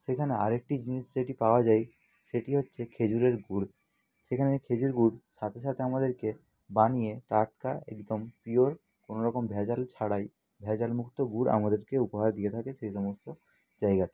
সেইখানে আরেকটি জিনিস যেটি পাওয়া যায় সেটি হচ্চে খেজুরের গুড় সেখানের খেজুর গুড় সাথে সাথে আমাদেরকে বানিয়ে টাটকা একদম পিওর কোনো রকম ভ্যাজাল ছাড়াই ভ্যাজালমুক্ত গুড় আমাদেরকে উপহার দিয়ে থাকে সেই সমস্ত জায়গাতে